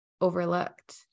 overlooked